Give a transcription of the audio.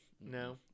no